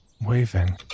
waving